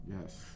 Yes